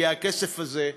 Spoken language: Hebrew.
כי הכסף הזה,